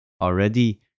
already